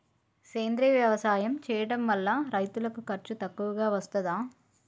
సేంద్రీయ వ్యవసాయం చేయడం వల్ల రైతులకు ఖర్చు తక్కువగా వస్తదా?